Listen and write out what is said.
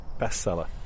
bestseller